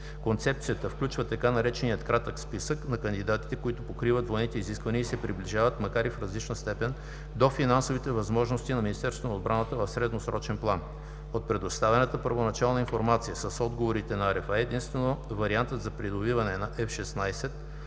Концепцията включва така наречения „кратък списък“ на кандидатите, които покриват военните изисквания и се приближават, макар и в различна степен, до финансовите възможности на Министерството на отбраната в средносрочен план. От предоставената първоначална информация с отговорите на RFI единствено вариантът за придобиване на F-16